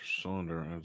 cylinder